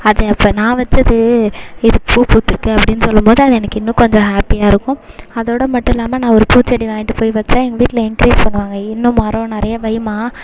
அது அப்போ நான் வைச்சது இது பூ பூத்திருக்கு அப்படினு சொல்லும்போது அது எனக்கு இன்னும் கொஞ்சம் ஹாப்பியாக இருக்கும் அதோட மட்டும் இல்லாமல் நான் ஒரு பூச்செடி வாங்கிட்டு போய் வைச்சா எங்கள் வீட்டில் என்க்ரேஜ் பண்ணுவாங்க இன்னும் மரம் நிறையா வைமா